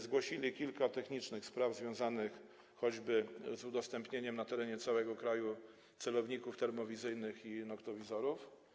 Zgłosili kilka technicznych spraw związanych choćby z udostępnieniem na terenie całego kraju celowników termowizyjnych i noktowizorów.